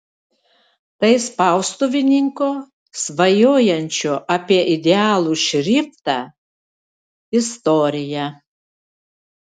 tai spaustuvininko svajojančio apie idealų šriftą istorija